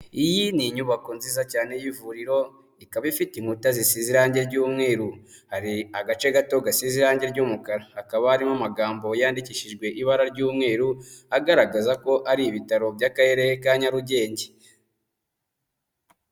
Iyi ni inyubako nziza cyane y'ivuriro, ikaba ifite inkuta zisize irange ry'umweru, hari agace gato gasize irange ry'umukara, hakaba harimo amagambo yandikishijwe ibara ry'umweru agaragaza ko ari ibitaro by'Akarere ka Nyarugenge.